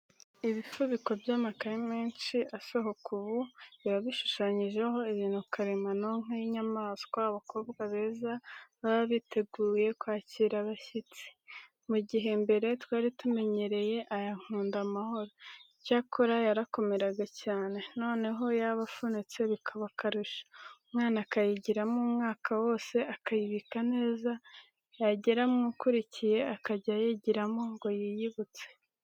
Ibifubiko by'amakayi menshi asohoka ubu, biba bishushanyijeho ibintu karemano nk'inyamaswa, abakobwa beza baba biteguye kwakira abashyitsi; mu gihe mbere twari tumenyereya aya nkundamahoro; cyakora yarakomeraga cyane, noneho yaba afunitse bikaba akarusho, umwana akayigiramo umwaka wose, akayibika neza yagera mu ukurikiye iakajya ayigiramo ngo yiyibutse.